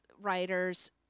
writers